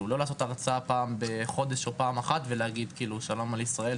לא לעשות הרצאה פעם אחת בחודש או פעם אחת ולהגיד: שלום על ישראל,